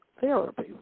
therapy